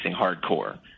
hardcore